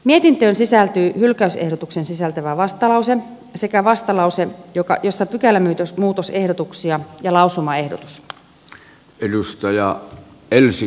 mietintöön sisältyy hylkäysehdotuksen sisältävä vastalause sekä vastalause jossa on pykälämuutosehdotuksia ja lausumaehdotus